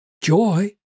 joy